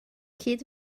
cyd